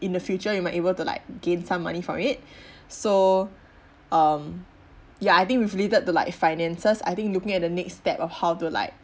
in the future you might able to like gain some money from it so um ya I think we've leaded to like finances I think looking at the next step of how to like